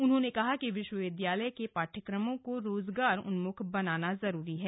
उन्होंने कहा कि विश्वविद्यालय के पाठ्यक्रमों को रोजगार उन्मुख बनाना जरूरी है